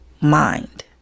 mind